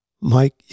Mike